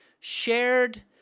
Shared